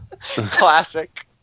Classic